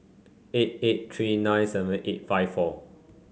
eight eight three nine seven eight five four